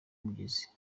mugezi